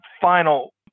final